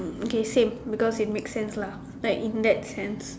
mm okay same because it make sense lah right in that sentence